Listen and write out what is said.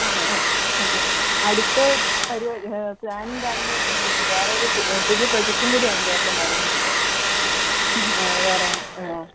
ആണോ ഓക്കെ അടുത്ത പരിപാടി പ്ലാനും കാര്യങ്ങളൊക്കെ എങ്ങനെയാണ് വേറെ ഒരു പു പുതിയ പ്രോജക്റ്റും കൂടി അതിൻ്റെയൊപ്പം വരുന്നത് വേറെ